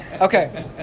Okay